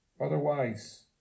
Otherwise